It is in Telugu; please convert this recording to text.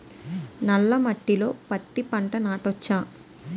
నల్ల మట్టిలో పత్తి పంట నాటచ్చా?